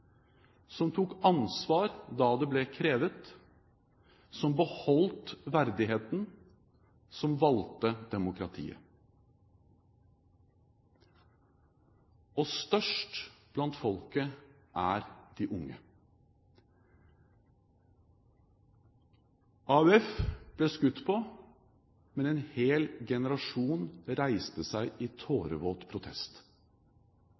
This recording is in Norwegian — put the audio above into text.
som tok ansvar da det ble krevet, som beholdt verdigheten, som valgte demokratiet. Og størst blant folket er de unge. AUF ble skutt på. Men en hel generasjon reiste seg i